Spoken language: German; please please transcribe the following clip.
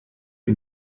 wie